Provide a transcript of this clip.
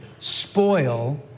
spoil